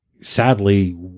sadly